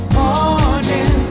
morning